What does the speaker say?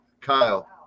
Kyle